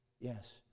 yes